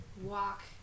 walk